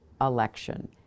election